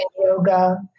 yoga